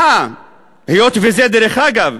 בהנחה, היות שזה, דרך אגב,